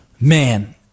Man